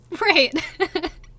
Right